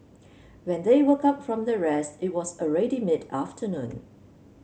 when they woke up from their rest it was already mid afternoon